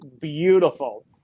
beautiful